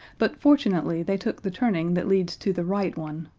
but fortunately they took the turning that leads to the right one,